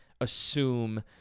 assume